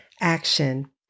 action